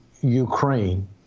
Ukraine